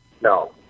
No